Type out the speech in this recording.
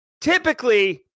Typically